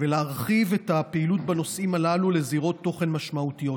ולהרחיב את הפעילות בנושאים הללו לזירות תוכן משמעותיות.